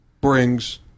brings